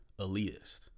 Elitist